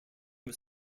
was